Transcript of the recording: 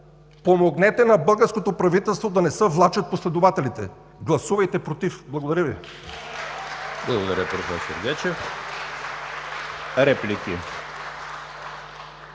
помогнете на българското правителство да не се влачат последователите. Гласувайте „против“! Благодаря Ви.